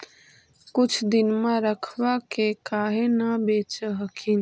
कुछ दिनमा रखबा के काहे न बेच हखिन?